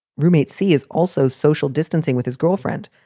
roommate c is also social distancing with his girlfriend,